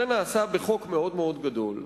זה נעשה בחוק מאוד גדול,